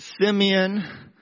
Simeon